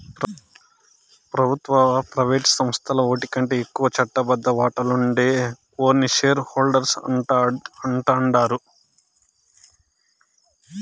పెబుత్వ, ప్రైవేటు సంస్థల్ల ఓటికంటే ఎక్కువ చట్టబద్ద వాటాలుండే ఓర్ని షేర్ హోల్డర్స్ అంటాండారు